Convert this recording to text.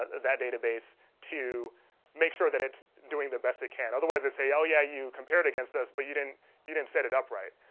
that database to make sure that it's doing the best it can otherwise they say oh, yeah, you compared against us but you didn't you didn't set it up, right?